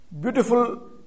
beautiful